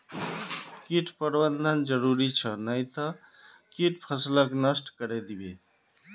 कीट प्रबंधन जरूरी छ नई त कीट फसलक नष्ट करे दीबे